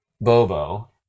Bobo